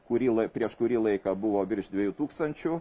kurį prieš kurį laiką buvo virš dviejų tūkstančių